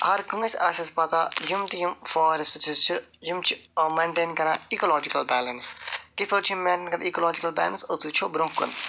ہر کٲنٛسہِ آسہِ اَسہِ پتہ یِم تہِ یِم فارٮ۪سٹس چھِ یِم چھِ مینٹین کران ایٖکالاجِکَل بیلٮ۪نٕس کِتھ پٲٹھۍ چھِ یِم مینٹین کران ایٖکالاجِکَل بیلَنس أسۍ وٕچھو برونٛہہ کُن